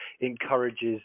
encourages